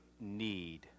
need